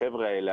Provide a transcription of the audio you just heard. החבר'ה האלה,